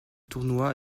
tournoi